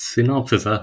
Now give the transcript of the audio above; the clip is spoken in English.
Synopsis